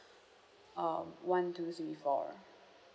um one two three four